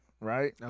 right